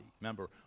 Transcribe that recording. Remember